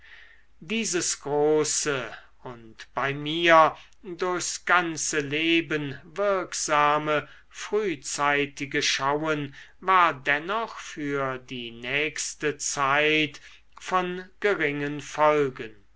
dieses große und bei mir durchs ganze leben wirksame frühzeitige schauen war dennoch für die nächste zeit von geringen folgen